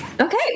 Okay